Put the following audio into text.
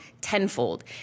tenfold